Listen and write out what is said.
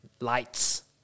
lights